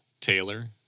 Taylor